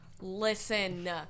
Listen